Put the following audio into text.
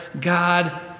God